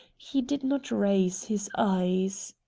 he did not raise his eyes.